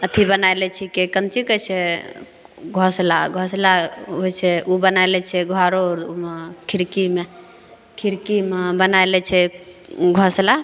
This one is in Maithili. अथी बनाइ लै छिकै कोन चीज कहैत छै घोँसला घोँसला होइत छै ओ बना लै छै घरो ओरोमे खिड़कीमे खिड़कीमे बनाइ लै छै घोँसला